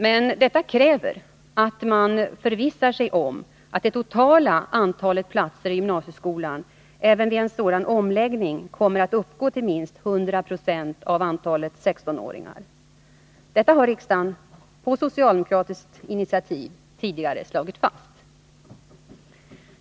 Men detta kräver att man förvissar sig om att det totala antalet platser i gymnasieskolan även vid en sådan omläggning kommer att uppgå till minst 100 20 av antalet 16-åringar. Detta har riksdagen på socialdemokratiskt initiativ tidigare slagit fast.